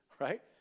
right